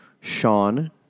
Sean